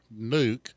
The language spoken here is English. nuke